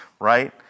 right